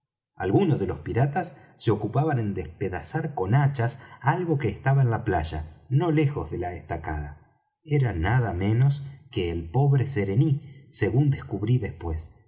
algunos de los piratas se ocupaban en despedazar con hachas algo que estaba en la playa no lejos de la estacada era nada menos que el pobre serení según descubrí después